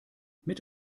mit